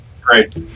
Great